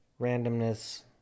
Randomness